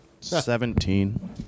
Seventeen